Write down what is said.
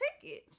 tickets